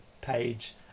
page